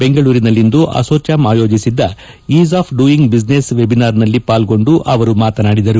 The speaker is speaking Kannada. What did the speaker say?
ಬೆಂಗಳೂರಿನಲ್ಲಿಂದು ಅಸೋಚಾಮ್ ಆಯೋಜಿಸಿದ್ದ ಈಸ್ ಆಫ್ ಡ್ಯೂಯಿಂಗ್ ವಿವಿನೆಸ್ ವೆಬಿನಾರ್ನಲ್ಲಿ ಪಾಲ್ಗೊಂಡು ಅವರು ಮಾತನಾಡಿದರು